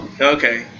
Okay